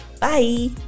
Bye